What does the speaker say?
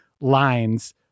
lines